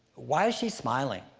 why is she smiling?